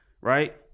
right